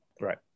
Right